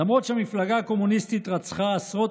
למרות שהמפלגה הקומוניסטית רצחה עשרות